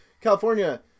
California